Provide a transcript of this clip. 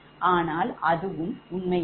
ஆனால் இதுவும் உண்மையல்ல